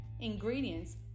Ingredients